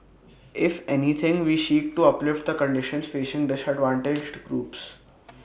if anything we seek to uplift the conditions facing disadvantaged groups